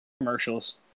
commercials